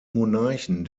monarchen